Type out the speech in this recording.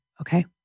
Okay